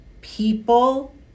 people